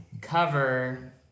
cover